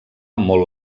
molt